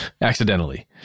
accidentally